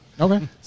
Okay